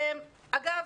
אגב,